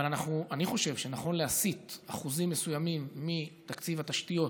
אני חושב שנכון להסיט אחוזים מסוימים מתקציב התשתיות,